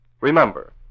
Remember